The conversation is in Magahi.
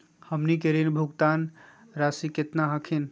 हमनी के ऋण भुगतान रासी केतना हखिन?